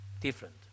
different